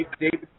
David